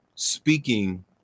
speaking